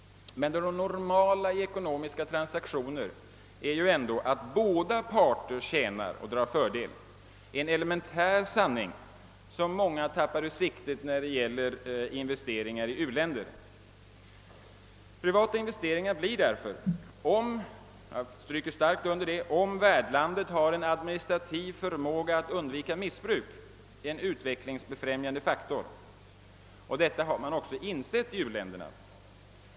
Men det normala i ekonomiska transaktioner är ju ändå, att båda parter drar fördel, en elementär sanning, som många tappar ur sikte när det är fråga om investeringar i u-länder. Privata investeringar blir om — jag stryker starkt under det — värdlandet har en administrativ förmåga att undvika missbruk, en utvecklingsbefrämjande faktor. Detta har man också insett i u-länderna.